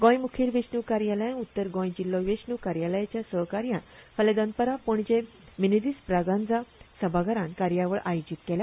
गोय मुखेल वेंचणूक कार्यालयान उत्तर गोंय जिल्हो वेंचणूक कार्यालयाच्या सहकार्यान फाल्यां दनपारा पणजे मिनेझीस ब्रागांझा सभाघरात कार्यावळ आयोजीत केल्या